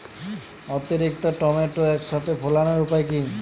অতিরিক্ত টমেটো একসাথে ফলানোর উপায় কী?